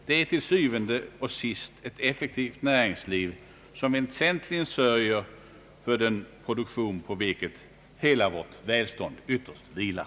Det är til syvende og sidst det effektiva näringslivet som väsentligen sörjer för den produktion på vilken sysselsättningen och hela vårt välstånd ytterst vilar.